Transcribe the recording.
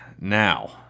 now